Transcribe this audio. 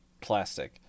plastic